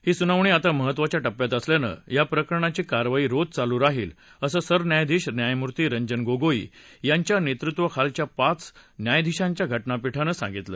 ही सुनावणी आता महत्त्वाच्या टप्प्यात असल्यानं या प्रकरणाची कार्यवाही रोज चालू राहील असं सरन्यायाधीश न्यायमूर्ती रंजन गोगोई यांच्या नेतृत्वाखालच्या पाच न्यायाधीशांच्या घटनापीठानं सांगितलं